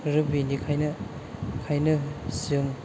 आरो बेनिखायनो बेखायनो जों